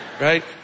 Right